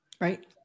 Right